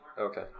Okay